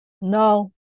No